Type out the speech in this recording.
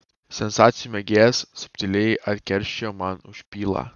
sensacijų mėgėjas subtiliai atsikeršijo man už pylą